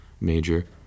major